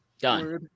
Done